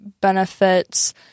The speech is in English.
benefits